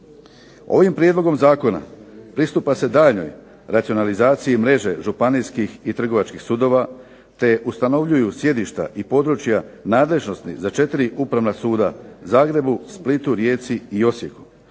Ovim prijedlogom zakona pristupa se daljnjoj racionalizaciji mreže županijskih i trgovačkih sudova, te ustanovljuju sjedišta i područja nadležnosti za četiri upravna suda Zagrebu, Splitu, Rijeci i Osijeku.